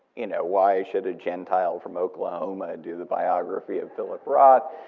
you know, why should a gentile from oklahoma do the biography of philip roth?